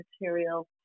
material